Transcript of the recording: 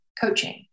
coaching